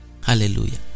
Hallelujah